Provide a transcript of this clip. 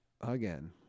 Again